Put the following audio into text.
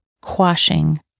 Quashing